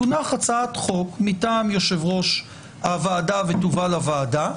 תונח הצעת חוק מטעם יושב-ראש הוועדה ותובא לוועדה,